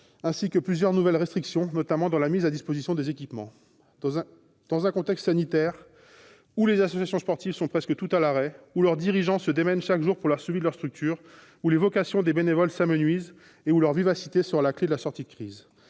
ainsi que plusieurs nouvelles restrictions, notamment dans la mise à disposition des équipements. Dans un contexte de crise sanitaire où les associations sportives sont presque toutes à l'arrêt, où leurs dirigeants se démènent chaque jour pour la survie de leur structure, où les vocations des bénévoles s'amenuisent, alors que la vivacité du secteur sera la clé de la sortie de crise,